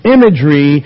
imagery